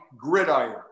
gridiron